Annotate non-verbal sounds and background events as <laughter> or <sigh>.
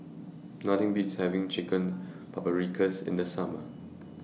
Nothing Beats having Chicken <noise> Paprikas in The Summer